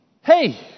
Hey